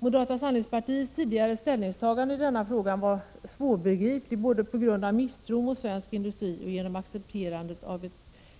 Moderaternas tidigare ställningstagande i denna fråga var svårbegripligt, både på grund av misstron mot svensk industri och accepterandet av